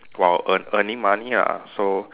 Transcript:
while earn earning money ah so